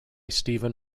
stephen